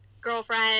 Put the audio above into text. girlfriend